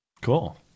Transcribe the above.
Cool